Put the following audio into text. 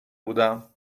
بودم